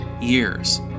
Years